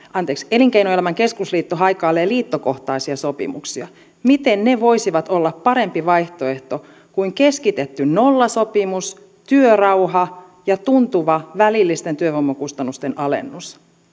elinkeinoelämän keskusliitto haikailee liittokohtaisia sopimuksia miten ne voisivat olla parempi vaihtoehto kuin keskitetty nollasopimus työrauha ja tuntuva välillisten työvoimakustannusten alennus